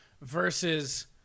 versus